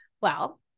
Well-